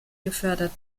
gefördert